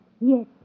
Yes